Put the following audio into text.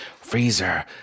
Freezer